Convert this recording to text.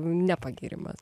ne pagyrimas